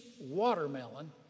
watermelon